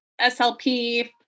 SLP